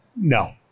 No